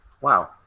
Wow